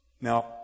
Now